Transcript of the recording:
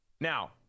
Now